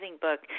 book